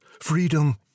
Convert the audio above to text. freedom